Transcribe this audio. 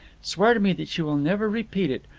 swear to me that you will never repeat it,